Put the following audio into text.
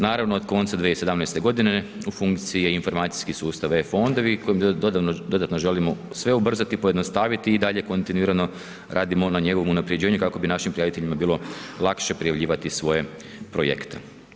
Naravno, od konca 2017. godine, u funkciji je informacijski sustav e-Fondovi, kojima dodatno želimo sve ubrzati i pojednostaviti i dalje kontinuirano radimo na njegovom unaprjeđenju kako bi našim prijaviteljima bilo lakše prijavljivati svoje projekte.